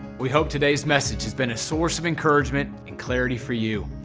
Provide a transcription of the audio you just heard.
we hope today's message has been a source of encouragement and clarity for you.